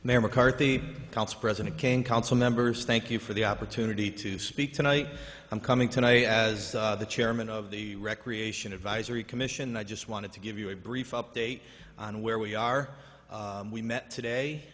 council president can council members thank you for the opportunity to speak tonight i'm coming tonight as the chairman of the recreation advisory commission i just wanted to give you a brief update on where we are we met today